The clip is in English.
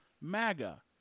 MAGA